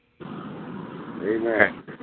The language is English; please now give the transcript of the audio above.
Amen